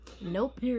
Nope